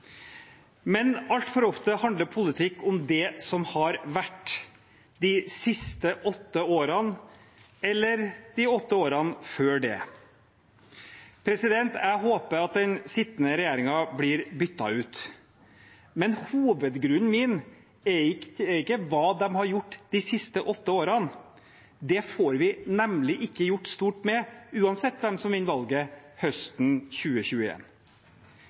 Men altfor ofte handler politikk om det som har vært de siste åtte årene, eller de åtte årene før det. Jeg håper den sittende regjeringen blir byttet ut. Hovedgrunnen min er ikke hva de har gjort de siste åtte årene. Det får vi nemlig ikke gjort stort med, uansett hvem som vinner valget høsten